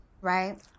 right